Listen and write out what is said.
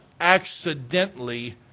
accidentally